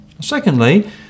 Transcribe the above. Secondly